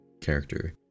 character